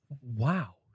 wow